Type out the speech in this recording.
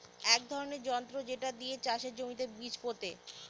এক ধরনের যন্ত্র যেটা দিয়ে চাষের জমিতে বীজ পোতে